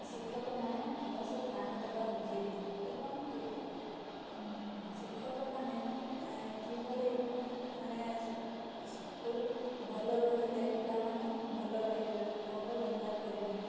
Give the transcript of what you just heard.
ଶିକ୍ଷକମାନେ ଭଲସେ ଧ୍ୟାନ ଦେବା ଉଚିତ୍ ଏବଂ ଶିକ୍ଷକମାନେ କିଭଳି ମାନେ ସ୍କୁଲ୍ ଭଲ ରହିଲେ ପିଲାମାନେ ଭଲ ରହିବେ ଭଲ ବ୍ୟବହାର କରିବେ